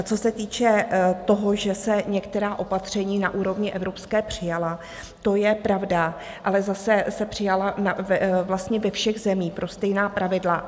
Co se týče toho, že se některá opatření na úrovni evropské přijala, to je pravda, ale zase se přijala vlastně ve všech zemích stejná pravidla.